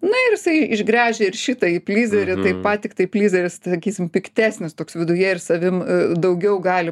na ir jisai išgręžia ir šitąjį plyzerį taip pat tiktai plyzeris sakysim piktesnis toks viduje ir savim daugiau gali